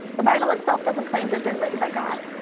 the bible itself doesn't claim to have been written by god.